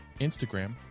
Instagram